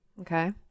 Okay